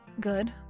Good